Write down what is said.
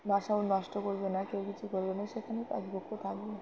বাসাও নষ্ট করবে না কেউ কিছু করবে না সেখানেই পাখিপক্ষ থাকবে